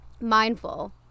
mindful